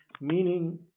Meaning